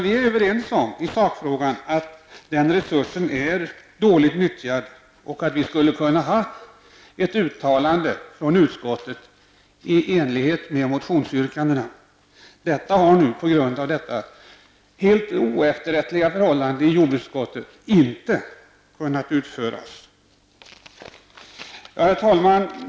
Vi är i sakfrågan överens om att den resursen är dåligt nyttjad, och utskottet skulle kunna ha gjort ett uttalande i enlighet med motionsyrkandena. Detta har, på grund av det oefterrättliga förfarandet i jordbruksutskottet, inte kunnat genomföras. Herr talman!